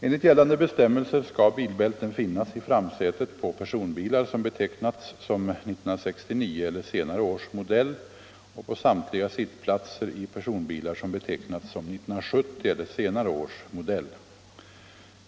Enligt gällande bestämmelser skall bilbälten finnas i framsätet på personbilar som betecknats som 1969 eller senare års modell och på samtliga sittplatser i personbilar som betecknats som 1970 eller senare års modell.